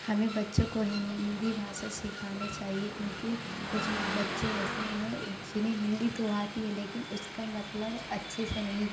हमें बच्चों को हिंदी भाषा सीखाने चाहिए क्योंकि कुछ बच्चे ऐसे हैं जिन्हें हिंदी तो आती है लेकिन उसका मतलब अच्छे से नहीं